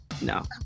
no